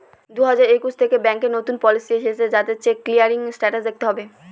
দুই হাজার একুশ থেকে ব্যাঙ্কে নতুন পলিসি এসেছে যাতে চেক ক্লিয়ারিং স্টেটাস দেখাতে হবে